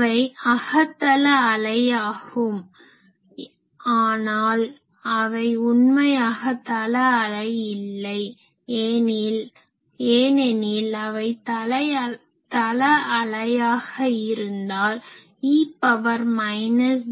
அவை அகத்தள அலை ஆகும் ஆனால் அவை உண்மையாக தள அலை அல்ல ஏனெனில் அவை தள அலையாக இருந்தால் e பவர் மைனஸ்